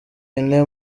ine